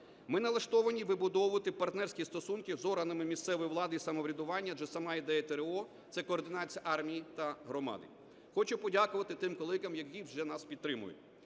Ми налаштовані вибудовувати партнерські стосунки з органами місцевої влади і самоврядування, адже сама ідея ТрО – це координація армії та громади. Хочу подякувати тим колегам, які вже нас підтримують.